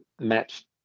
match